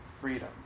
freedom